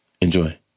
Enjoy